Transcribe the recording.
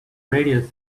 radio